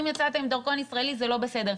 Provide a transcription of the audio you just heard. אם יצאת עם דרכון ישראלי זה לא בסדר.